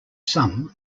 some